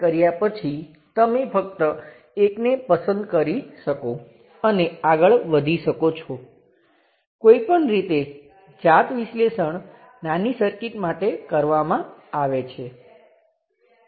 જ્યાં તમે ઘણા બધા કરંટસ્ત્રોતો દૂર કરવાં માંગો તો તમે કેટલાકને રેઝિસ્ટર વડે બદલી શકો છો